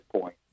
point